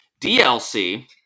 DLC